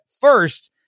first